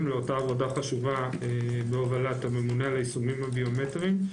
לאותה עבודה חשובה בהובלת הממונה על היישומים הביומטריים.